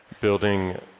building